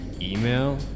email